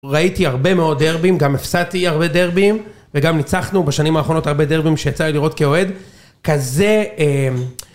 ראיתי הרבה מאוד דרבים גם הפסדתי הרבה דרבים וגם ניצחנו בשנים האחרונות הרבה דרבים שיצא לי לראות כאוהד כזה אמ..